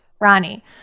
Ronnie